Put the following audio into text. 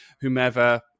whomever